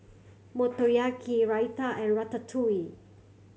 Motoyaki Raita and Ratatouille